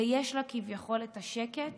ויש לה כביכול את השקט